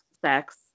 sex